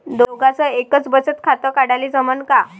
दोघाच एकच बचत खातं काढाले जमनं का?